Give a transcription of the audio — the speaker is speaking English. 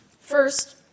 First